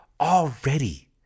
already